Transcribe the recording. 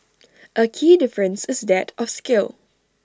A key difference is that of scale